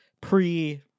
pre-